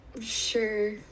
Sure